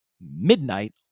midnight